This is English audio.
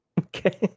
Okay